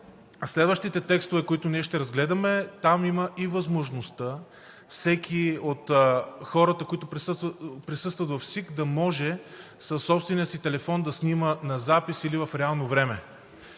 следващите текстове, които ние ще разгледаме, има и възможността всеки от хората, които присъстват в СИК, да може със собствения си телефон да снима на запис или в реално време.